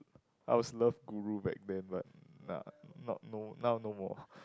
I was love guru back then but nah not now no more